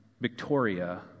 Victoria